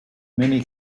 many